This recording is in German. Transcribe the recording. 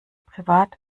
privat